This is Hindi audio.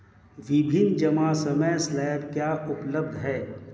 विभिन्न जमा समय स्लैब क्या उपलब्ध हैं?